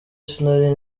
sinari